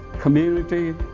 community